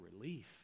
relief